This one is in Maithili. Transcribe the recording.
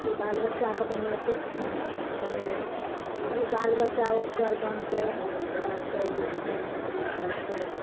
उ बाल बच्चाके बनेतइ आओर बनलइ ओ बाल बच्चा ओकर बनतइ पढ़तइ लिखतइ नौकरी करतइ